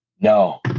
no